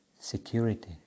security